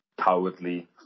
cowardly